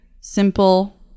simple